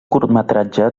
curtmetratge